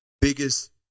biggest